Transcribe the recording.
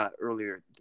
earlier